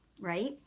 right